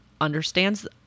understands